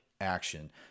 action